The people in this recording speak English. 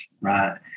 right